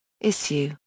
Issue